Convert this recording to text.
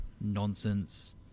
nonsense